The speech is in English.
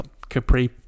capri